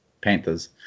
Panthers